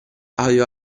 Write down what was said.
aveva